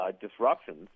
disruptions